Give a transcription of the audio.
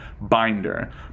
binder